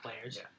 players